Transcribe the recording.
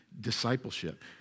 discipleship